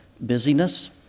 busyness